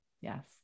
Yes